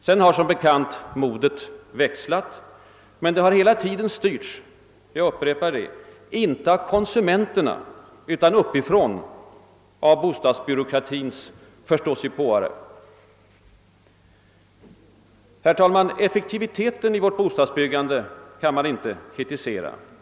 Sedan har som bekant modet växlat, men hela tiden har det styrts inte av konsumenterna utan uppifrån — av bostadsbyråkratins förståsigpåare. Effektiviteten i vårt bostadsbyggande kan man inte kritisera.